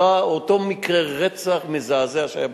אותו מקרה רצח מזעזע שהיה בחוף.